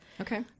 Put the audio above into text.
okay